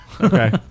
Okay